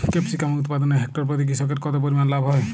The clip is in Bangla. ক্যাপসিকাম উৎপাদনে হেক্টর প্রতি কৃষকের কত পরিমান লাভ হয়?